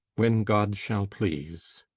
when god shall please.